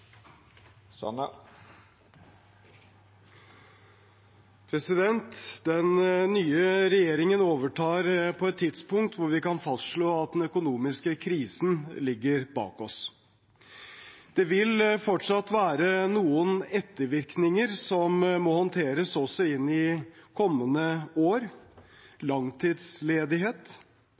Den nye regjeringen overtar på et tidspunkt hvor vi kan fastslå at den økonomiske krisen ligger bak oss. Det vil fortsatt være noen ettervirkninger som må håndteres også inn i kommende år: langtidsledighet,